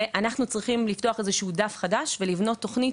אנחנו צריכים לפתוח דף חדש ולבנות תוכנית